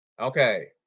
Okay